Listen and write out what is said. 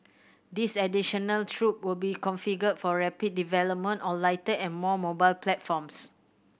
this additional troop will be configured for rapid development on lighter and more mobile platforms